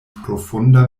profunda